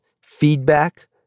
feedback